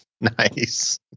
nice